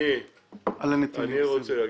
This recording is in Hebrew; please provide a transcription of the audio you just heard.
אני רוצה להגיד,